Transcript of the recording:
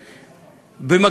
וב.